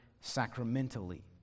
sacramentally